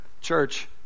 Church